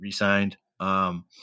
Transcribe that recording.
re-signed